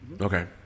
Okay